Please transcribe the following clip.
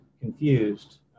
confused